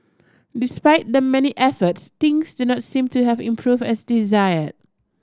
despite the many efforts things do not seem to have improved as desired